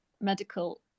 medical